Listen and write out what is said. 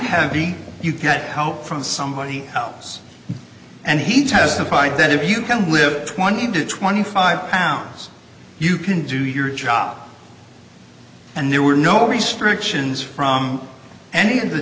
heavy you get help from somebody else and he testified that if you can live twenty to twenty five pounds you can do your job and there were no restrictions from any of the